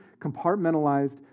compartmentalized